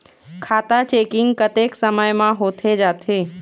खाता चेकिंग कतेक समय म होथे जाथे?